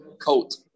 coat